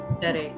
Correct